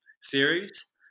series